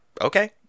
Okay